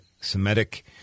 Semitic